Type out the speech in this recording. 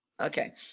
Okay